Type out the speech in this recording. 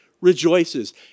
rejoices